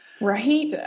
right